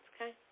okay